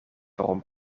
waarom